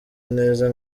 neza